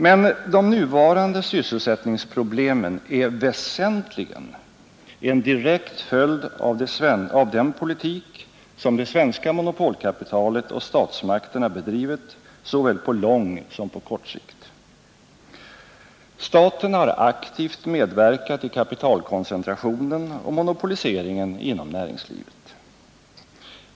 Men de nuvarande sysselsättningsproblemen är väsentligen en direkt följd av den politik som det svenska monopolkapitalet och statsmakterna har bedrivit såväl på lång som på kort sikt. Staten har aktivt medverkat i kapitalkoncentrationen och monopoliseringen.